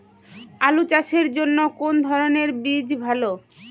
আলু চাষের জন্য কোন ধরণের বীজ ভালো?